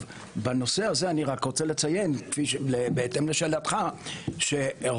בנושא הזה אני רק רוצה לציין בהתאם לשאלתך שרוב